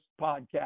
podcast